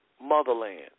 motherland